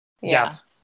yes